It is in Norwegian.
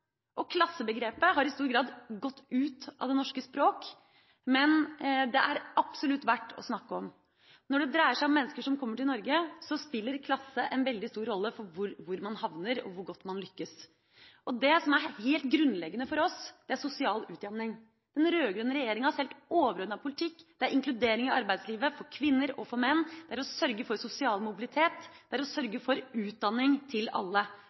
klasse. Klassebegrepet er i stor grad gått ut av det norske språk, men det er absolutt verdt å snakke om. Når det dreier seg om mennesker som kommer til Norge, spiller klasse en veldig stor rolle for hvor man havner og hvor godt man lykkes. Det som er helt grunnleggende for oss, er sosial utjevning. Den rød-grønne regjeringas helt overordnede politikk er inkludering i arbeidslivet for kvinner og menn. Det er å sørge for sosial mobilitet. Det er å sørge for utdanning til alle,